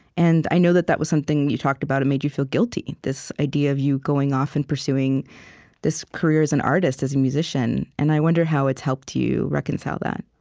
and i know that that was something that you talked about it made you feel guilty, this idea of you going off and pursuing this career as an artist, as a musician. and i wonder how it's helped you reconcile that